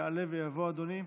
יעלה ויבוא אדוני.